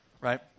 right